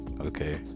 Okay